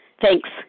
thanks